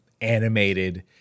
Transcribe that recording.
animated